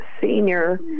senior